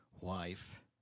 wife